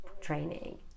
training